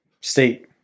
state